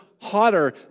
hotter